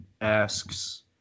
asks